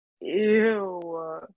Ew